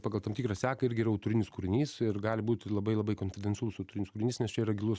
pagal tam tikrą seką irgi yra autorinis kūrinys ir gali būti labai labai konfidencialus autorinis kūrinys nes čia yra gilus